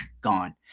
gone